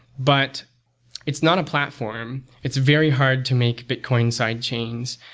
but it's not a platform. it's very hard to make bitcoin side chains,